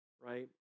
right